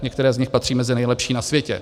Některé z nich patří mezi nejlepší na světě.